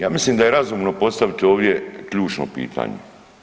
Ja mislim da je razumno postaviti ovdje ključno pitanje.